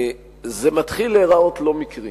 זה מתחיל להיראות לא מקרי,